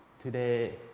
today